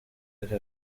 ariko